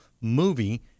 movie